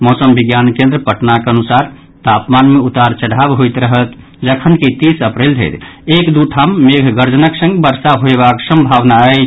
मौसम विज्ञान केन्द्र पटनाक अनुसार तापमान मे उतार चढाव होइत रहत जखन कि तीस अप्रैल धरि एक दू ठाम मेघगर्जनक संग वर्षा हेबाक सम्भावना अछि